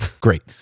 Great